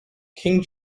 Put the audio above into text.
king